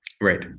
right